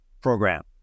program